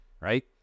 right